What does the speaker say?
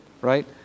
right